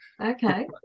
Okay